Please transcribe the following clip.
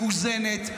מאוזנת,